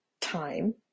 time